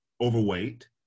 overweight